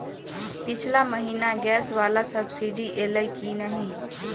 पिछला महीना गैस वला सब्सिडी ऐलई की नहि?